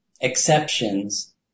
exceptions